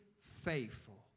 faithful